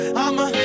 I'ma